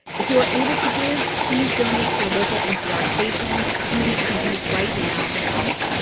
if you are able to give, please donate to your local npr station. it's something that you can do right now to help.